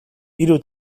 hiru